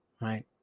right